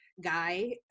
guy